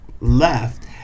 left